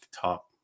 top